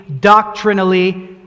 doctrinally